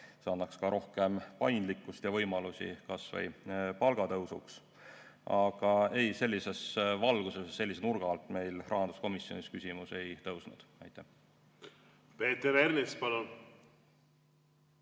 See annaks ka rohkem paindlikkust ja võimalusi kas või palgatõusuks. Aga ei, sellises valguses, sellise nurga alt meil rahanduskomisjonis küsimus ei tõusnud. Peeter